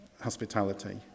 hospitality